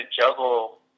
juggle